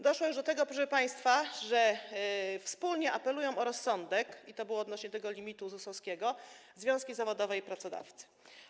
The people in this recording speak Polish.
Doszło już do tego, proszę państwa, że wspólnie apelują o rozsądek - tak było odnośnie do tego limitu ZUS-owskiego - związki zawodowe i pracodawcy.